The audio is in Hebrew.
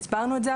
והסברנו את זה,